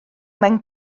mewn